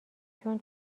چون